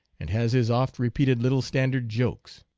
and has his oft-repeated little standard jokes.